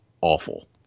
awful